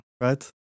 right